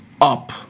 up